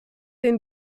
den